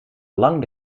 lang